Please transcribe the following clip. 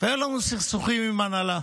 והיו לנו סכסוכים עם ההנהלה.